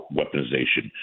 weaponization